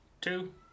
two